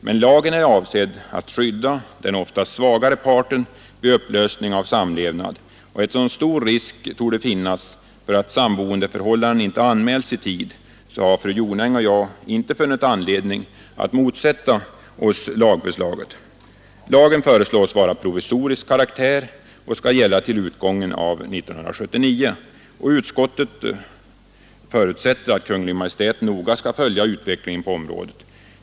Men lagen är avsedd att skydda den oftast svagare parten vid upplösning av samlevnad, och eftersom stor risk torde finnas för att samboendeförhållandena inte anmäls i tid har fru Jonäng och jag inte funnit anledning att motsätta oss lagförslaget. Lagen föreslås vara av provisorisk karaktär och skall gälla till utgången av år 1979, och utskottet förutsätter att Kungl. Maj:t noga skall följa utvecklingen på området.